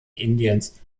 indiens